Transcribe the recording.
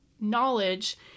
knowledge